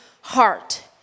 heart